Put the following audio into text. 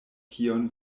kion